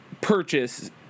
purchase